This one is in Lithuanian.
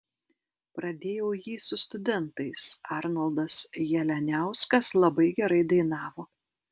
pradėjau jį su studentais arnoldas jalianiauskas labai gerai dainavo